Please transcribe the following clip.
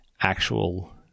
actual